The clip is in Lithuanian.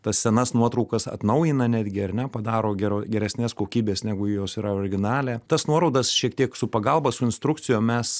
tas senas nuotraukas atnaujina netgi ar nepadaro gero geresnės kokybės negu jos yra originale tas nuorodas šiek tiek su pagalba su instrukcijom mes